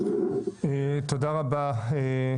תודה רבה.